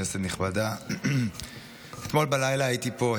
כנסת נכבדה, אתמול בלילה הייתי פה.